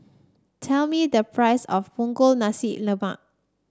tell me the price of Punggol Nasi Lemak